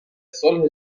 صلح